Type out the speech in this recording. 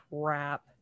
crap